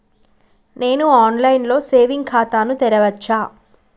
నేను online లో saving ఖాతా ను తెరవచ్చా?